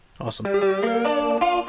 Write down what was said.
awesome